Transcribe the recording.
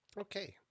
Okay